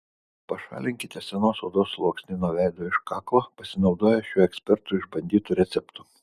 pašalinkite senos odos sluoksnį nuo veido ir kaklo pasinaudoję šiuo ekspertų išbandytu receptu